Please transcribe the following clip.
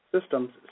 systems